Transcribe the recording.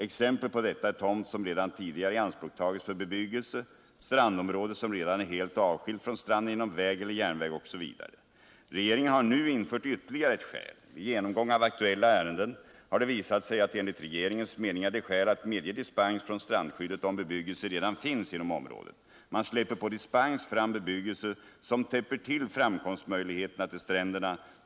Exempel på detta är tomt som redan tidigare ianspråktagits för bebyggelse, strandområde som redan är helt avskilt från stranden genom väg eller järnväg OSV. Regeringen har nu infört ytterligare ett skäl. Vid genomgång av aktuella ärenden har det visat sig att enligt regeringens mening är det skäl att medge dispens från strandskyddet om bebyggelse redan finns inom området. Man släpper på dispens fram bebyggelse som täpper till möjligheterna att komma fram till stränderna.